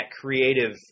creative